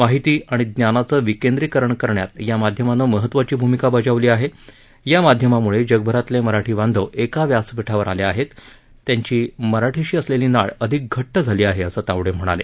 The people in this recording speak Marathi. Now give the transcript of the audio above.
माहिती आणि ज्ञानाचं विकेंद्रकरण करण्यात या माध्यमानं महत्वाची भूमिका बजावली आहे या माध्यमामुळे जगभरातले मराठी बांधव एका व्यासपीठावर आले आहेत त्यांची मराठीशी असलेली नाळ अधिक घट्ट झाली आहे असं तावडे म्हणाले